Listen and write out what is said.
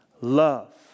love